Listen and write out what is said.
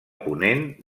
ponent